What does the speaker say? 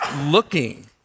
looking